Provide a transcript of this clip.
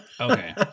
Okay